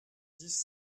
dix